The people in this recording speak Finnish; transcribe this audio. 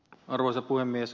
arvoisa puhemies